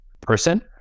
person